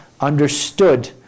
understood